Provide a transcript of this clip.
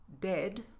dead